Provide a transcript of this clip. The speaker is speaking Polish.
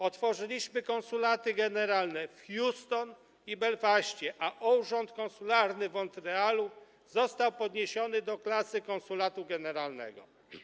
Otworzyliśmy konsulaty generalne w Houston i Belfaście, a urząd konsularny w Montrealu został podniesiony do klasy konsulatu generalnego.